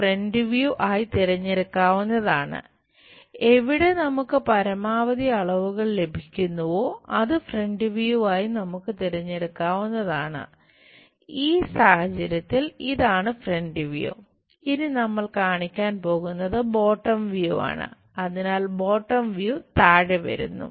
front view താഴെ വരുന്നു